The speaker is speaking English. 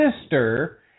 sister